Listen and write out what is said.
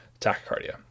tachycardia